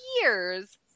years